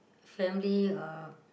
family uh